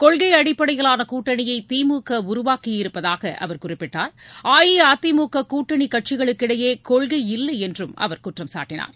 கொள்கை அடிப்படையிலான கூட்டணியை திமுக உருவாக்கியிருப்பதாக அவர் குறிப்பிட்டார் அஇஅதிமுக கூட்டணி கட்சிகளுக்கிடையே கொள்கை இல்லை என்றும் அவர் குற்றம் சாட்டினார்